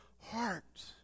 heart